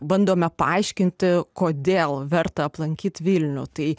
bandome paaiškinti kodėl verta aplankyti vilnių tai